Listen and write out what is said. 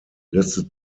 listed